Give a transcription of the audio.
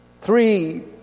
three